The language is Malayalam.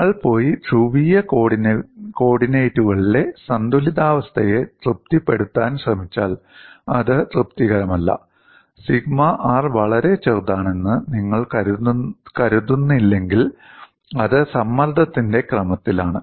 നിങ്ങൾ പോയി ധ്രുവീയ കോർഡിനേറ്റുകളിലെ സന്തുലിതാവസ്ഥയെ തൃപ്തിപ്പെടുത്താൻ ശ്രമിച്ചാൽ അത് തൃപ്തികരമല്ല സിഗ്മ R വളരെ ചെറുതാണെന്ന് നിങ്ങൾ കരുതുന്നില്ലെങ്കിൽ അത് സമ്മർദ്ദത്തിന്റെ ക്രമത്തിലാണ്